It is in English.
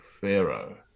Pharaoh